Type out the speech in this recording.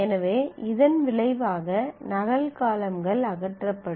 எனவே இதன் விளைவாக நகல் காலம்கள் அகற்றப்படும்